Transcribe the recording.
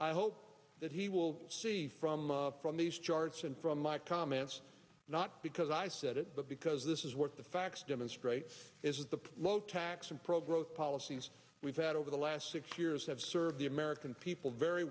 i hope that he will see from from these charts and from my comments not because i said it but because this is what the facts demonstrates is a low tax and program policies we've had over the last six years have served the american people very